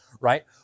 right